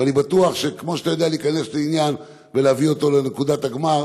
ואני בטוח שכמו שאתה יודע להיכנס לעניין ולהביא אותו לנקודת הגמר,